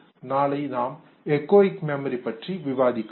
நாளை நாம் echoic memory எதிரொலி நினைவு பற்றி விவாதிக்கலாம்